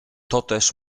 toteż